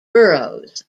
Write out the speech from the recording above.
boroughs